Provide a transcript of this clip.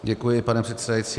Děkuji, pane předsedající.